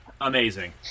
Amazing